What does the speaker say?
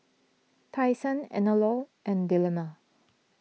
Tai Sun Anello and Dilmah